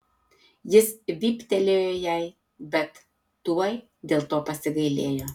jis vyptelėjo jai bet tuoj dėl to pasigailėjo